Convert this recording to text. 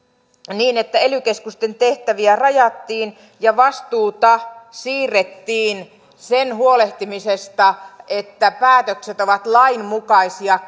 missä ely keskusten tehtäviä rajattiin ja vastuuta siirrettiin sen huolehtimisesta että päätökset ovat lainmukaisia